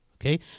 okay